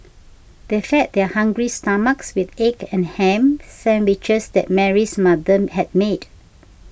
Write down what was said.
they fed their hungry stomachs with the egg and ham sandwiches that Mary's mother had made